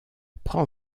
prend